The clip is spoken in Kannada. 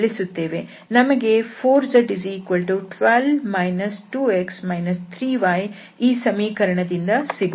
ನಮಗೆ 4z12 2x 3y ಈ ಸಮೀಕರಣ ಸಿಗುತ್ತದೆ